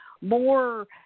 more –